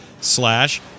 slash